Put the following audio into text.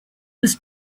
was